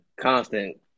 constant